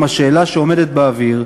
עם השאלה שעומדת באוויר,